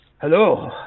hello